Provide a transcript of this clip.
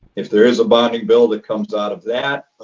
if there is a bonding bill that comes out of that,